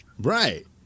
right